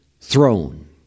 Throne